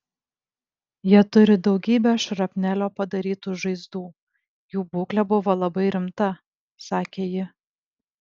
jie turi daugybę šrapnelio padarytų žaizdų jų būklė buvo labai rimta sakė ji